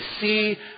see